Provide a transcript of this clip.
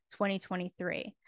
2023